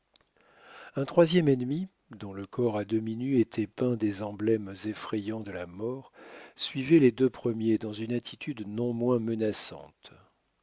un troisième ennemi dont le corps à demi nu était peint des emblèmes effrayants de la mort suivait les deux premiers dans une attitude non moins menaçante